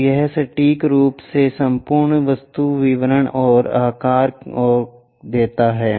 तो यह सटीक रूप से संपूर्ण वस्तु विवरण और आकार और आकार देता है